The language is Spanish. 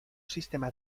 sistemas